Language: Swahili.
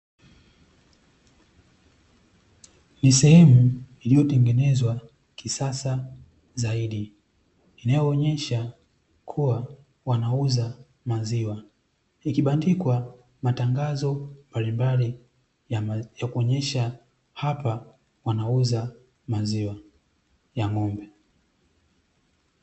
Ni sehemu iliyotengenezwa kisasa zaidi, inayoonesha kuwa wanauza maziwa, ikibandikwa matangazo mbalimbali yanayoonesha hapa wanauza maziwa ya ng'ombe.